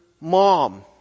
mom